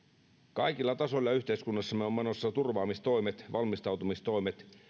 kaikilla tasoilla yhteiskunnassamme on menossa turvaamistoimet valmistautumistoimet